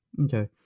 Okay